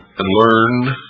and learn